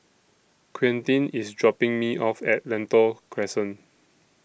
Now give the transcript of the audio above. Quintin IS dropping Me off At Lentor Crescent